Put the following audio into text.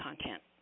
content